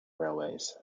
railways